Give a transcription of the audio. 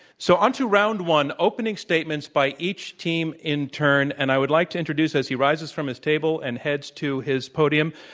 so on to round one, opening statements by each team in turn. and i would like to introduce as he rises from his table table and heads to his podium,